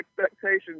expectations